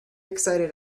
excited